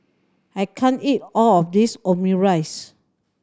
I can't eat all of this Omurice